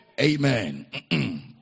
Amen